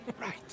Right